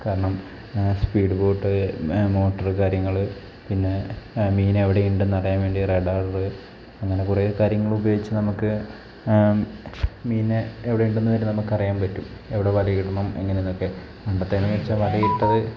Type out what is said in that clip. കാരണം speed boat motor കാര്യങ്ങൾ പിന്നെ മീൻ എവിടെ ഉണ്ടെന്ന് അറിയാൻ വേണ്ടി റെഡാറ് അങ്ങനെ കുറേ കാര്യങ്ങൾ ഉപയോഗിച്ചു നമുക്ക് മീനിനെ എവിടെ ഉണ്ടെന്ന് വരെ നമുക്ക് അറിയാൻ പറ്റും എവ്ടെ വല ഇടണം എങ്ങനെ എന്നൊക്കെ പണ്ടത്തേതെന്നു വച്ചാൽ വല ഇട്ടു